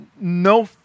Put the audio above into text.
No